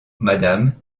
madame